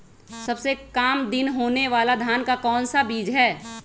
सबसे काम दिन होने वाला धान का कौन सा बीज हैँ?